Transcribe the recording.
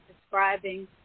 describing